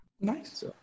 Nice